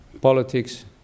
politics